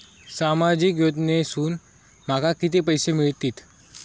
सामाजिक योजनेसून माका किती पैशे मिळतीत?